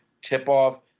tip-off